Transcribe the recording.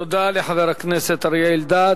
תודה לחבר הכנסת אריה אלדד.